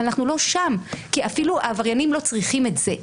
אבל אנחנו לא שם כי אפילו העבריינים לא צריכים את זה.